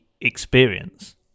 experience